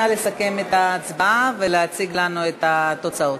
נא לסכם את ההצבעה ולהציג לנו את התוצאות.